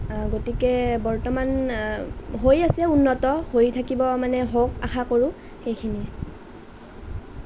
গতিকে বৰ্তমান হৈ আছে উন্নত হৈ থাকিব মানে হওঁক আশা কৰোঁ সেইখিনিয়েই